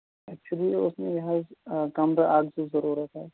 اٮ۪کچُلی اوس مےٚ یہِ حظ کَمرٕ اکھ زٕ ضٔروٗرت حظ